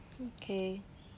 okay